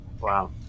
Wow